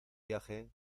viaje